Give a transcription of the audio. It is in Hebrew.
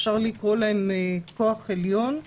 אפשר לקרוא להם כוח עליון.